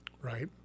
right